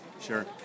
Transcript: Sure